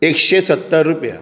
एकशें सत्तर रुपया